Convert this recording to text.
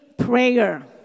Prayer